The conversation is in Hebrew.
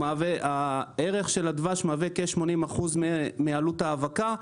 הערך של הדבר מהווה כ-80% מעלות האבקה.